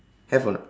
have or not